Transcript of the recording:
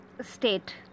state